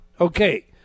Okay